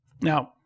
Now